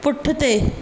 पुठिते